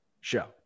show